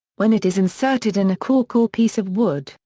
when it is inserted in a cork or piece of wood,